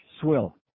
Swill